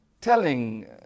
telling